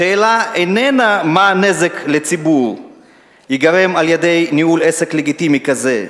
השאלה איננה מה הנזק לציבור שייגרם על-ידי ניהול עסק "לגיטימי" כזה.